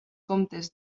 comtes